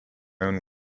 own